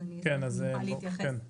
אני אתייחס